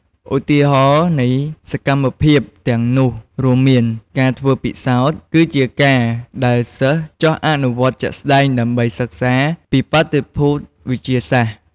ឧទាហរណ៍នៃសកម្មភាពទាំងនោះរួមមាន ការធ្វើពិសោធន៍៖ គឺជាការដែលសិស្សចុះអនុវត្តជាក់ស្តែងដើម្បីសិក្សាពីបាតុភូតវិទ្យាសាស្ត្រ។